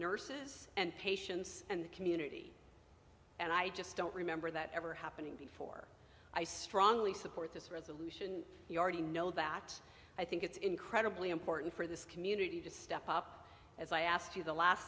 nurses and patients and community and i just don't remember that ever happening before i strongly support this resolution you already know that i think it's incredibly important for this community to step up as i asked you the last